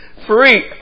Free